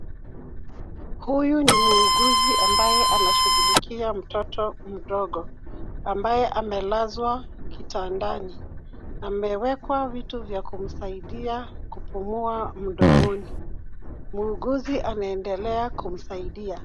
Huyu ni muuguzi ambaye anashughulika mtoto mdogo ambaye amelazwa kitandani. Ameweka vitu vya kumsaidia kupumua mdomoni. Muuguzi anaendelea kumsaidia.